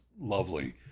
lovely